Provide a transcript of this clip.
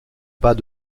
pas